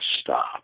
stop